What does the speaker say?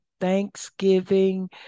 Thanksgiving